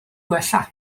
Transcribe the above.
gwella